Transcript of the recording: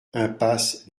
impasse